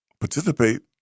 participate